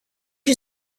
you